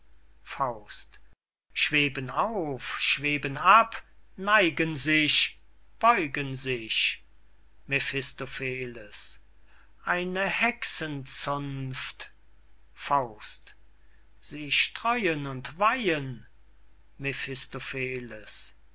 schaffen schweben auf schweben ab neigen sich beugen sich mephistopheles eine hexenzunft sie streuen und weihen